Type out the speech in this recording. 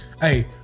Hey